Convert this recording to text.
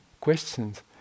questions